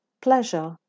pleasure